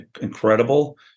incredible